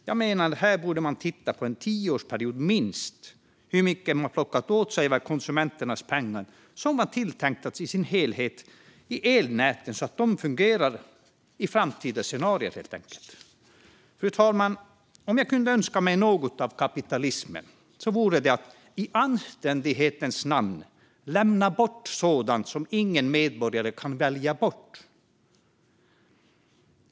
Här menar jag att man borde titta på minst en tioårsperiod: Hur mycket har man plockat åt sig av konsumenternas pengar som var tänkta att se till helheten i elnäten så att de fungerar i framtida scenarier? Fru talman! Om jag kunde önska mig något av kapitalismen vore det att i anständighetens namn lämna bort sådant som ingen medborgare kan väja bort.